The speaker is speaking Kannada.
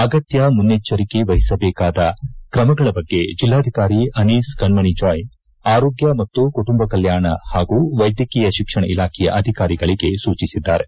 ಅಗತ್ಯ ಮುನ್ನೆಚ್ಚರಿಕೆ ವಹಿಸಬೇಕಾದ ಕ್ರಮಗಳ ಬಗ್ಗೆ ಜಿಲ್ಲಾಧಿಕಾರಿ ಅನೀಸ್ ಕಣ್ಮಣಿ ಜಾಯ್ ಆರೋಗ್ಯ ಮತ್ತು ಕುಟುಂಬ ಕಲ್ಕಾಣ ಹಾಗೂ ವೈದ್ಯಕೀಯ ಶಿಕ್ಷಣ ಇಲಾಖೆಯ ಅಧಿಕಾರಿಗಳಿಗೆ ಸೂಚಿಸಿದ್ದಾರೆ